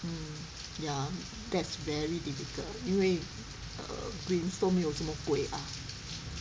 mm ya that's very difficult 因为 err greens 都没有这么贵啊